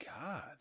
God